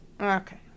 Okay